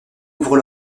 ouvrent